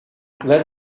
that